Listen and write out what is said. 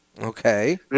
Okay